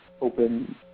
open